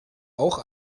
auch